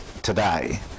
today